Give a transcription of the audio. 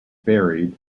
buried